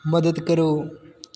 ਮਦਦ ਕਰੋ